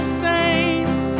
saints